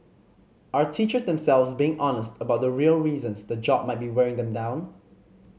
are teachers themselves being honest about the real reasons the job might be wearing them down